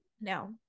no